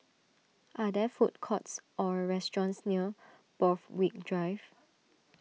are there food courts or restaurants near Borthwick Drive